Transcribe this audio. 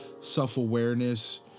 self-awareness